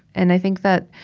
and i think that,